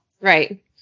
Right